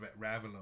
Ravelo